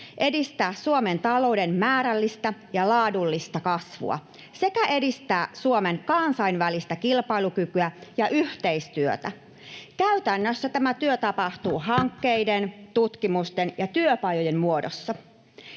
edistää Suomen talouden määrällistä ja laadullista kasvua sekä edistää Suomen kansainvälistä kilpailukykyä ja yhteistyötä. Käytännössä tämä työ tapahtuu hankkeiden, tutkimusten ja työpajojen muodossa.